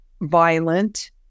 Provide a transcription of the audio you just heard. violent